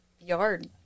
yard